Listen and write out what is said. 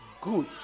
good